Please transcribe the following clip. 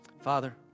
Father